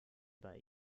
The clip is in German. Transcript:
bei